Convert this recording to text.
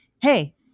hey